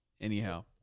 Anyhow